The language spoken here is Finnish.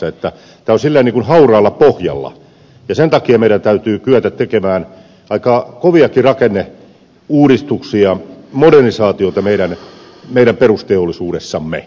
tämä on sillä lailla hauraalla pohjalla ja sen takia meidän täytyy kyetä tekemään aika koviakin rakenneuudistuksia modernisaatiota meidän perusteollisuudessamme